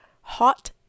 hot